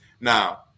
Now